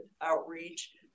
outreach